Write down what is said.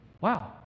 wow